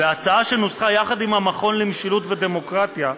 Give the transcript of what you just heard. בהצעה שנוסחה יחד עם המכון למשילות ודמוקרטיה,